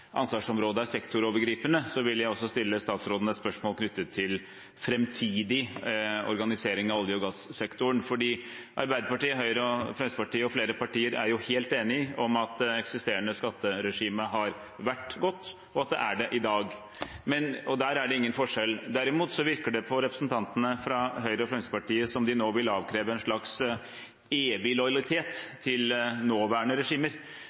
gassektoren. Arbeiderpartiet, Høyre, Fremskrittspartiet og flere partier er helt enige om at det eksisterende skatteregimet har vært godt, og at det er det i dag. Der er det ingen forskjell. Derimot virker det på representantene fra Høyre og Fremskrittspartiet som om de nå vil avkreve en slags evig lojalitet til nåværende regimer.